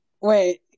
Wait